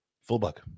fullback